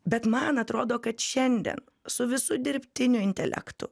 bet man atrodo kad šiandien su visu dirbtiniu intelektu